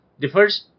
differs